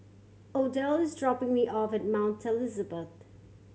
Odell is dropping me off at Mount Elizabeth